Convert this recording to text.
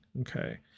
Okay